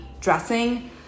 dressing